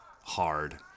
hard